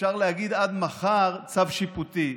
אפשר להגיד עד מחר "צו שיפוטי".